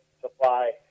supply